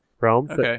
realm